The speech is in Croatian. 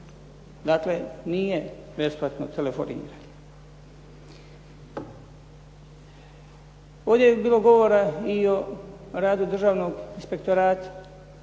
Dakle, nije besplatno telefoniranje. Ovdje je bilo govora i o radu Državnog inspektorata.